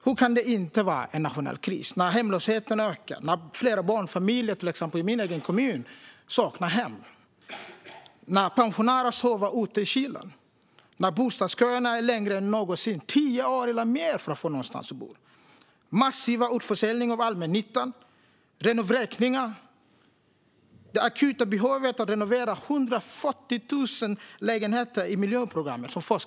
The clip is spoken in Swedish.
Hur kan det inte vara nationell kris när hemlösheten ökar och flera barnfamiljer i till exempel min egen kommun saknar hem, när pensionärer sover ute i kylan och bostadsköerna är längre än någonsin? Man får vänta i tio år eller mer för att få någonstans att bo. Det är massiva utförsäljningar av allmännyttan och renovräkningar. Forskarna säger att det finns behov av att renovera 140 000 lägenheter i miljonprogrammet.